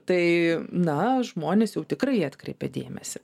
tai na žmonės jau tikrai atkreipia dėmesį